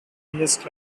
highest